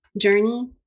journey